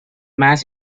mass